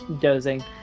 Dozing